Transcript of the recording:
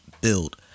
Build